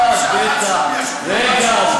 אל תדאג, גואטה.